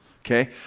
Okay